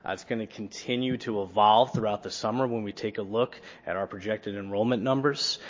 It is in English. ah it's going to continue to evolve throughout the summer when we take a look at our projected enrollment numbers.